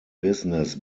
business